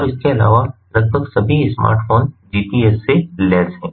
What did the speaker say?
और इसके अलावा लगभग सभी स्मार्टफोन GPS से लैस हैं